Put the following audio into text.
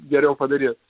geriau padaryt